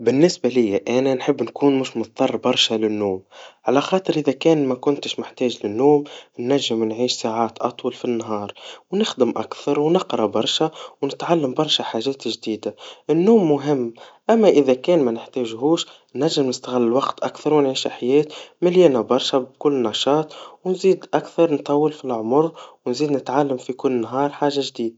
بالنسبا ليا أنا, نحب نكون مش مضطر برشا للنوم, على خاطر إذذا مكنتش محتاج للنوم, ننجم نعيش ساعات أطول في النهار, ونخددم أكثر, ونقرا برشا, ونتعلم برشا حاجات جديدا, النوم مهم, أما إذا كان منحتاجهوش, ننجم نستغل الوقتأكثر, ونعيش حياة مليانا برشا بكل نشاط, ونزيد أكثر نطول فالأعمار, ونززيد نتعلم في كل نهار حاجا جديدا.